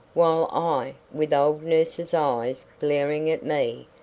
while i, with old nurse's eyes glaring at me,